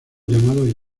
llamado